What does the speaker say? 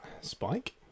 Spike